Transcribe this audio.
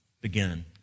begin